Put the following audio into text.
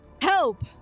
help